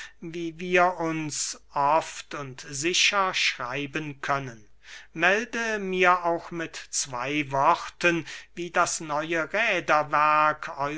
wie wir uns oft und sicher schreiben können melde mir auch mit zwey worten wie das neue